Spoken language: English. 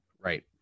Right